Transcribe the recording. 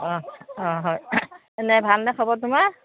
অঁ অঁ হয় এনেই ভাল নে খবৰ তোমাৰ